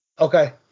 Okay